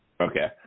Okay